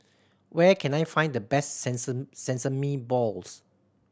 where can I find the best sesame balls